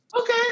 okay